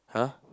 !huh!